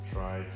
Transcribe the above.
Try